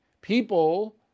people